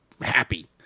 happy